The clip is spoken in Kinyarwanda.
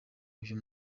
uyu